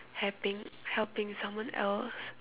helping helping someone else